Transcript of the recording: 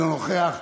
אינו נוכח,